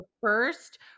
first